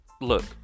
look